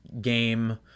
game